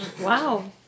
Wow